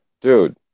dude